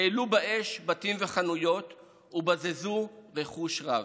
העלו באש בתים וחנויות ובזזו רכוש רב.